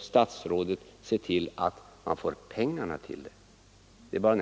statsrådet också se till att man får pengar till det.